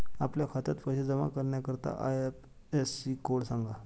आपल्या खात्यात पैसे जमा करण्याकरता आय.एफ.एस.सी कोड सांगा